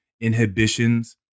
inhibitions